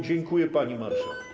Dziękuję, pani marszałek.